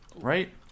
right